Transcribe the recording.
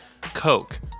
Coke